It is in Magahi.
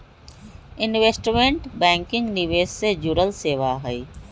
इन्वेस्टमेंट बैंकिंग निवेश से जुड़ल सेवा हई